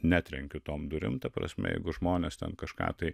netrenkiu tom durim ta prasme jeigu žmonės ten kažką tai